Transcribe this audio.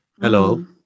Hello